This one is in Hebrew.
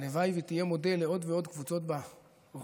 הלוואי שתהיה מודל לעוד ועוד קבוצות באוכלוסייה